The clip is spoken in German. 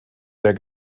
der